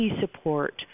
support